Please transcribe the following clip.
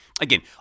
again